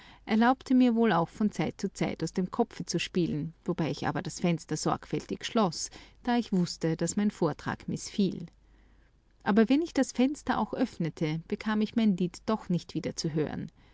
erlaubte mir wohl auch von zeit zu zeit aus dem kopfe zu spielen wobei ich aber das fenster sorgfältig schloß da ich wußte daß mein vortrag mißfiel aber wenn ich das fenster auch öffnete bekam ich mein lied doch nicht wieder zu hören